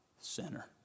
sinner